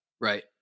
Right